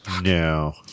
No